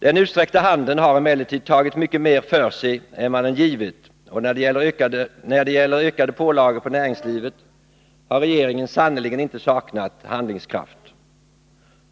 Den utsträckta handen har emellertid tagit mycket mer för sig än vad den givit, och när det gäller ökade pålagor på näringslivet har regeringen sannerligen inte saknat handlingskraft.